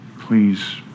Please